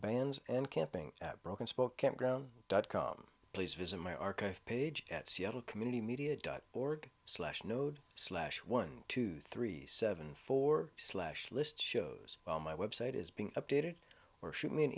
bans and camping at broken spoke campground dot com please visit my archive page at seattle community media dot org slash node slash one two three seven four slash list shows well my website is being updated or shoot me an